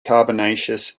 carbonaceous